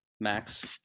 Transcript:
Max